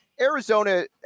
Arizona